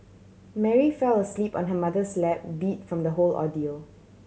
Mary fell asleep on her mother's lap beat from the whole ordeal